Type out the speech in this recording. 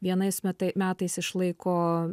vienais metai metais išlaiko